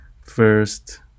first